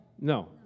No